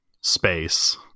space